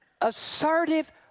assertive